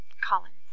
Collins